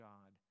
God